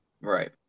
Right